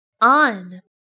On